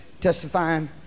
testifying